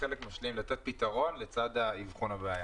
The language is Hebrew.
לתת פתרון לצד אבחון הבעיה.